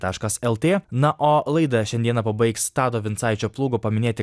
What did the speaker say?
taškas lt na o laidą šiandieną pabaigs tado vincaičio plūgo paminėti